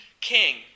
King